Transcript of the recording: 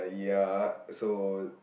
ya so